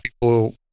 people